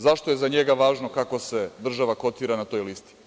Zašto je za njega važno kako se država kotira na toj listi?